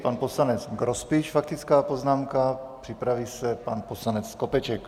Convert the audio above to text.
Pan poslanec Grospič, faktická poznámka, připraví se pan poslanec Skopeček.